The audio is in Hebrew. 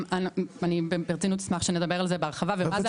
אני ברצינות אשמח שנדבר על זה בהרחבה ומה זה